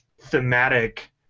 thematic